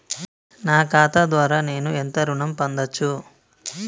నా ఖాతా ద్వారా నేను ఎంత ఋణం పొందచ్చు?